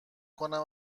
کنم